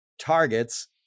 targets